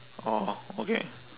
orh okay